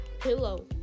pillow